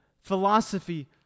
philosophy